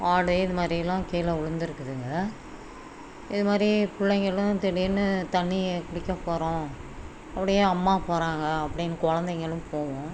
ஆடு இது மாதிரியெல்லாம் கீழே உழுந்துருக்குதுங்க இது மாதிரி பிள்ளைங்களும் திடீர்னு தண்ணி குளிக்கப் போகிறோம் அப்படியே அம்மா போகிறாங்க அப்படின்னு கொழந்தைங்களும் போகும்